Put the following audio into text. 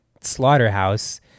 Slaughterhouse